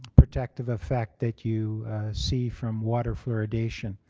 protective effect that you see from water fluoridation.